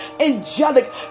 angelic